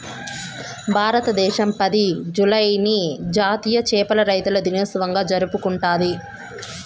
భారతదేశం పది, జూలైని జాతీయ చేపల రైతుల దినోత్సవంగా జరుపుకుంటాది